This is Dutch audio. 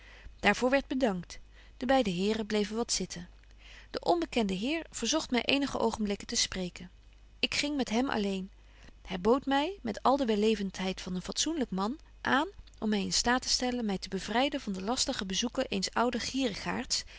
voor werdt bedankt de beide heren bleven wat zitten de onbekende heer verzogt my eenige oogenblikken te spreken ik ging met hem alleen hy boodt my met al de welleventheid van een fatsoenlyk man aan om my in staat te stellen my te bevryden van de lastige bezoeken eens ouden gierigaarts